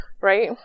right